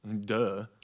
Duh